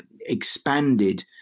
expanded